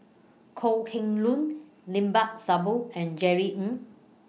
Kok Heng Leun Limat Sabtu and Jerry Ng